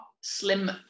slim